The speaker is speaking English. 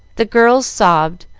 the girls sobbed,